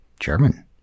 German